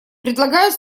предлагают